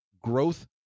growth